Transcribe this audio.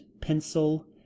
pencil